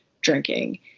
drinking